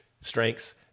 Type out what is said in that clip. strengths